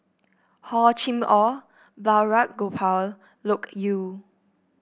Hor Chim Or Balraj Gopal Loke Yew